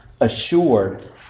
assured